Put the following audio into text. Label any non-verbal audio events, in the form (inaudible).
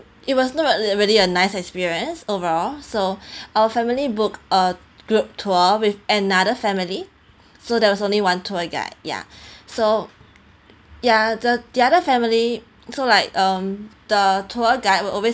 it was not really a nice experience overall so (breath) our family book a group tour with another family so there was only one tour guide ya (breath) so ya the the other family so like um the tour guide will always